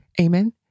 Amen